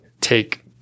take